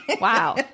Wow